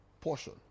portion